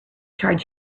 charge